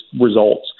results